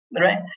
right